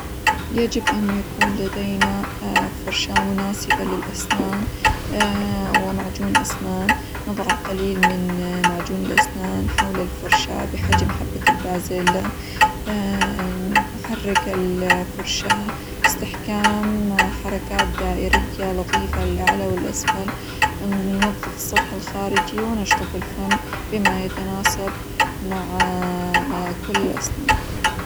يجب أن يكون لدينا فرشاة مناسبة للأسنان، ومعجون أسنان، نظع القليل من معجون الأسنان حول الفرشاة بحجم حبة البازيلا نحرك الفرشاة بإستحكام حركات دائرية لطيفة للألعلى وللأسفل، ننظف السطح الخارجي، ونشطف الفم بما يتناسب مع كل الأسنان.